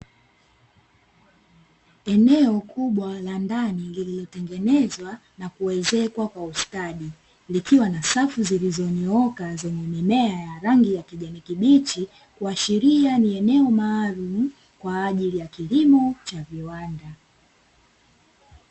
Eneo kubwa la ndani liliotengenezwa na kuezekwa kwa ustadi, likiwa na safu za zilizonyooka zenye mimea ya rangi ya kijani kibichi, kuashiria ni eneo maalumu kwa ajili ya kilimo cha viwanda.